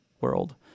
world